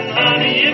honey